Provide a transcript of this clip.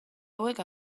hauek